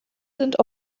sind